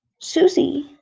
Susie